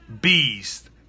beast